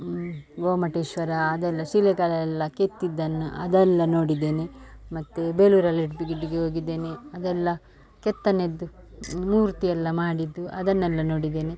ಗೋಮಟೇಶ್ವರ ಅದೆಲ್ಲ ಶಿಲೆಗಳೆಲ್ಲ ಕೆತ್ತಿದ್ದನ್ನು ಅದೆಲ್ಲ ನೋಡಿದ್ದೇನೆ ಮತ್ತು ಬೇಲೂರು ಹಳೆಬೀಡುಗೆ ಹೋಗಿದ್ದೇನೆ ಅದೆಲ್ಲ ಕೆತ್ತನೆದ್ದು ಮೂರ್ತಿಯೆಲ್ಲ ಮಾಡಿದ್ದು ಅದನ್ನೆಲ್ಲ ನೋಡಿದ್ದೇನೆ